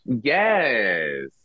Yes